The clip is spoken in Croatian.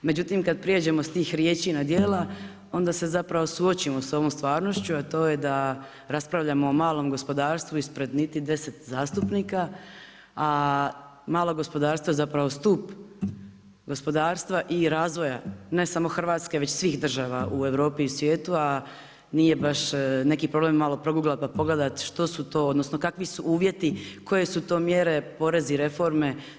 Međutim, kad prijeđemo s tih riječi na dijela, onda se suočimo s ovom stvarnošću, a to je da raspravljamo o malom gospodarstvu ispred niti 10 zastupnika, a malo gospodarstvo je zapravo stup gospodarstva i razvoja, ne samo Hrvatske već svih država u Europi i u svijetu, a nije baš neki problem malo proguglat i pogleda kakvi su to, odnosno, kakvi su uvjeti, koje su to mjere porezi i reforme.